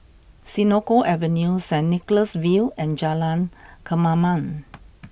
Senoko Avenue Saint Nicholas View and Jalan Kemaman